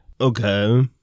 Okay